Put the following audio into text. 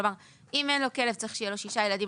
כלומר אם אין לו כלב צריך שיהיה לו שישה ילדים